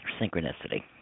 synchronicity